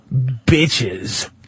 bitches